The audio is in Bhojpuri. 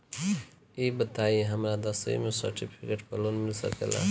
ई बताई हमरा दसवीं के सेर्टफिकेट पर लोन मिल सकेला?